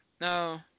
no